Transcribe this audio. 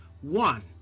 One